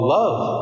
love